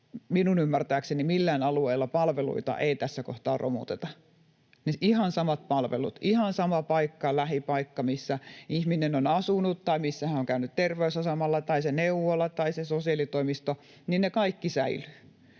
Minun ymmärtääkseni millään alueilla palveluita ei tässä kohtaa romuteta — siis ihan samat palvelut, ihan sama paikka, lähipaikka, missä ihminen on asunut tai missä hän on käynyt terveysasemalla, tai se neuvola tai se sosiaalitoimisto, ne kaikki säilyvät.